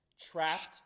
trapped